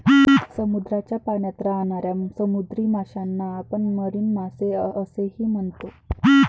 समुद्राच्या पाण्यात राहणाऱ्या समुद्री माशांना आपण मरीन मासे असेही म्हणतो